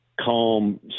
calm